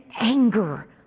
anger